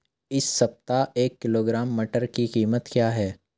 इस सप्ताह एक किलोग्राम मटर की कीमत क्या है?